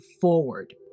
forward